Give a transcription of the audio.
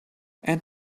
and